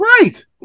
Right